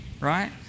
right